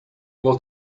will